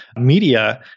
media